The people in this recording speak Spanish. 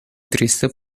triste